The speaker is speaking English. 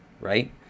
right